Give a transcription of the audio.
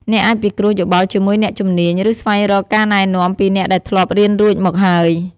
អ្នកអាចពិគ្រោះយោបល់ជាមួយអ្នកជំនាញ ឬស្វែងរកការណែនាំពីអ្នកដែលធ្លាប់រៀនរួចមកហើយ។